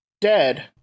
dead